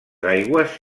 aigües